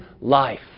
life